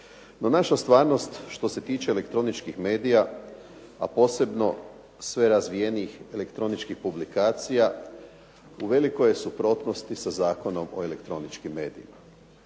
naša stvarno što se tiče elektroničkih medija a posebno sve razvijenijih elektroničkih publikacija u velikoj je suprotnosti sa Zakonom o elektroničkim medijima.